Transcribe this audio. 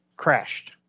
crashed